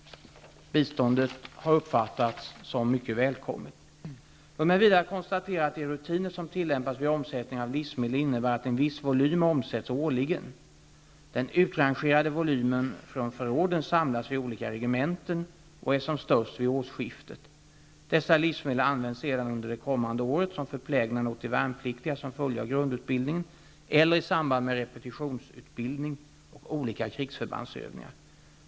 Biståndet har varit mycket välkommet. Låt mig vidare konstatera att de rutiner som tillämpas vid omsättningen av livsmedel innebär att en viss volym omsätts årligen. Den utrangerade volymen från förråden samlas vid olika regementen och är som störst vid årsskiftet. Dessa livsmedel används sedan under det kommande året som förplägnad åt de värnpliktiga som fullgör grundutbildningen eller i samband med repetitionsutbildning och olika krigsförbandsövningar.